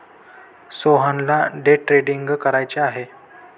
सोहनला day trading करायचे आहे